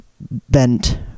bent